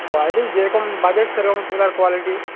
quality যেরকম budget সেরকম তার কোয়ালিটি